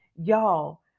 y'all